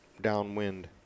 downwind